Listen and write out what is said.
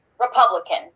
Republican